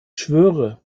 schwöre